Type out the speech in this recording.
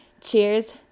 Cheers